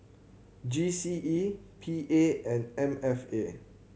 G C E P A and M F A